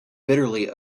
bitterly